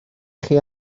chi